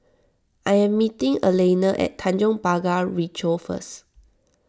I am meeting Alaina at Tanjong Pagar Ricoh First